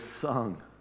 sung